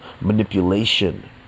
manipulation